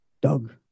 Doug